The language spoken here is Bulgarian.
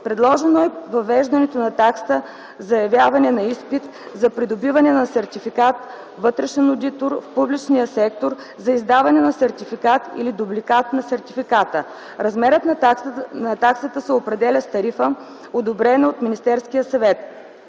Предложено е въвеждането на такса за явяване на изпит за придобиване на сертификат „Вътрешен одитор в публичния сектор”, за издаване на сертификат или дубликат на сертификата. Размерът на таксата се определя с тарифа, одобрена от Министерския съвет.